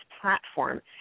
platform